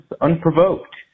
unprovoked